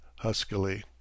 huskily